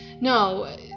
no